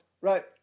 right